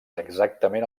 exactament